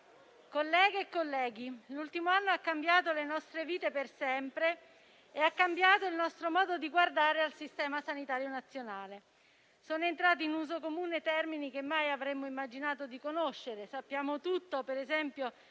colleghe e colleghi, l'ultimo anno ha cambiato le nostre vite per sempre e ha cambiato il nostro modo di guardare al Sistema sanitario nazionale. Sono entrati in uso comune termini che mai avremmo immaginato di conoscere. Sappiamo tutto - per esempio